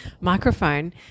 microphone